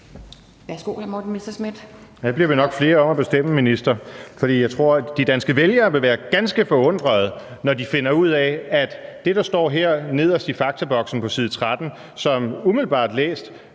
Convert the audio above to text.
Kl. 17:38 Morten Messerschmidt (DF): Det bliver vi nok flere om at bestemme, minister, for jeg tror, at de danske vælgere vil være ganske forundrede, når de finder ud af, at det, der står her nederst i faktaboksen på side 13, som umiddelbart læst